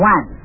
One